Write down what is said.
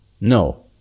No